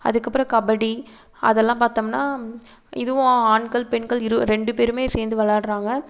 அதுக்கு அப்புறம் கபடி அதெல்லாம் பார்த்தோம்னா இதுவும் ஆண்கள் பெண்கள் இரு ரெண்டு பேருமே சேர்ந்து விளையாடுறாங்க